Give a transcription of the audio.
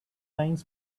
lines